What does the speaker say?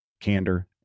candor